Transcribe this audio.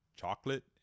chocolate